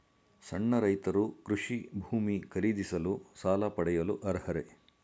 ಸಣ್ಣ ರೈತರು ಕೃಷಿ ಭೂಮಿ ಖರೀದಿಸಲು ಸಾಲ ಪಡೆಯಲು ಅರ್ಹರೇ?